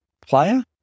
player